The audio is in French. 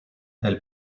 elle